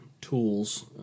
tools